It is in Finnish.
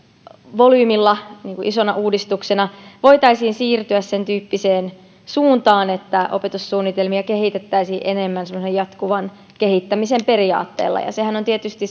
volyymilla isona uudistuksena voitaisiin siirtyä sen tyyppiseen suuntaan että opetussuunnitelmia kehitettäisiin enemmän semmoisen jatkuvan kehittämisen periaatteella se kehittämistyöhän on tietysti